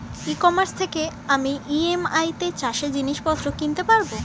ই commerce থেকে আমি EMI তে চাষে জিনিসপত্র কিনতে পারব?